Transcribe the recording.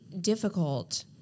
difficult